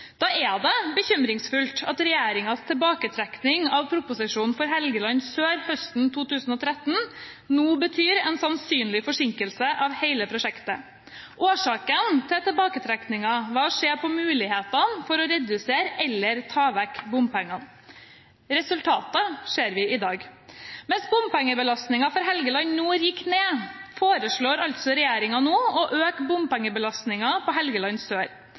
Da er det bekymringsfullt at regjeringens tilbaketrekking av proposisjonen for Helgeland sør høsten 2013 nå betyr en sannsynlig forsinkelse av hele prosjektet. Årsaken til tilbaketrekkingen var å se på mulighetene for å redusere eller ta vekk bompengene. Resultatet ser vi i dag. Mens bompengebelastningen for Helgeland nord gikk ned, foreslår regjeringen nå å øke bompengebelastningen på Helgeland sør.